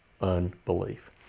unbelief